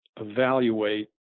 evaluate